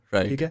Right